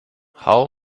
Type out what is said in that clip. how